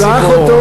שלח אותו למשרד,